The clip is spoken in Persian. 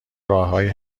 راههایی